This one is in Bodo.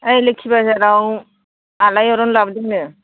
ओइ लोखि बाजाराव आलायारन लाबोदोंनो